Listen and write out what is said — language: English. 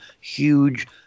huge